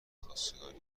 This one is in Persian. خواستگاری